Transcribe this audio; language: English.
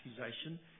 accusation